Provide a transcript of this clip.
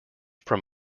from